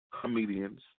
comedians